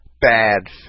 bad